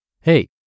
Hey